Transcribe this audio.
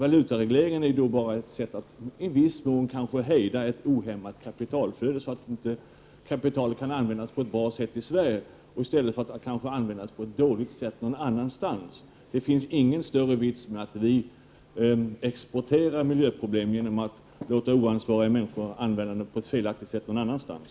Valutaregleringen är bara ett sätt att i viss mån åtminstone hejda ett ohämmat kapitalflöde. Det är dock bättre att kapitalet används på ett bra sätt i Sverige än på ett dåligt sätt någon annanstans. Det är således inte någon större vits med att Sverige exporterar miljöproblem. Det blir ju följden om oansvariga människor får handskas med dessa på ett felaktigt sätt någon annanstans.